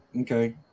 Okay